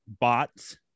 bots